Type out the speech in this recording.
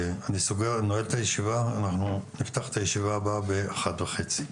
אנחנו נפתח את הישיבה הבאה ב-13:30.